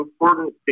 important